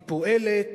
היא פועלת.